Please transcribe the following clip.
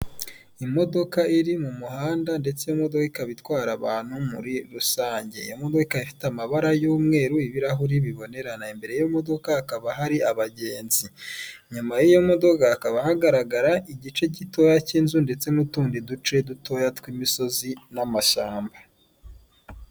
Imodoka iri mu muhanda ndetse imodoka ikaba itwara abantu muri rusange iyo modoka ikaba ifite amabara y'umweru ibirahuri bibonerana . Imbere yiyo modoka hakaba hari abagenzi nyuma y'iyo modoka hakaba hagaragara igice gitoya cy'inzu ndetse n'utundi duce dutoya tw'imisozi n'amashyamba .